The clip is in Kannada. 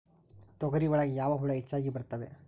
ತೊಗರಿ ಒಳಗ ಯಾವ ಹುಳ ಹೆಚ್ಚಾಗಿ ಬರ್ತವೆ?